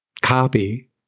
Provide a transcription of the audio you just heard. copy